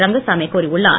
ரங்கசாமி கூறியுள்ளார்